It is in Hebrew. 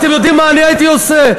אתם יודעים מה אני הייתי עושה?